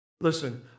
Listen